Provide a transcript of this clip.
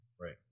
Right